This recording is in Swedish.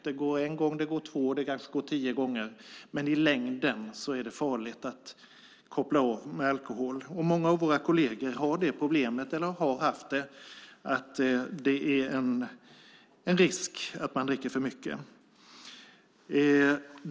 Det går en gång, det går två, kanske tio gånger, men i längden är det farligt att koppla av med alkohol. Många av våra kolleger har eller har haft det problemet att det är en risk att man dricker för mycket.